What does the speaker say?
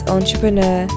Entrepreneur